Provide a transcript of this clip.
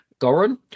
Goran